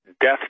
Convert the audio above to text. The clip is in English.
death